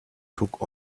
took